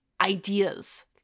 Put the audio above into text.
ideas